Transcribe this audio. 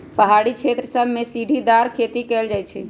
पहारी क्षेत्र सभमें सीढ़ीदार खेती कएल जाइ छइ